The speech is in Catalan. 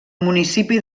municipi